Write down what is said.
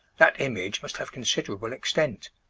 that image must have considerable extent.